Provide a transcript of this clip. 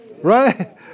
right